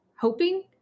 hoping